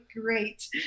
great